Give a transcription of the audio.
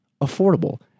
affordable